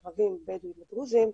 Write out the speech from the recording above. ערבים, בדואים ודרוזים,